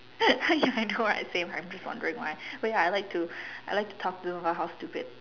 ya I know I'm same I'm just wondering why but ya I like to I like to talk to her house stupid